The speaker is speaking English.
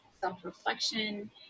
self-reflection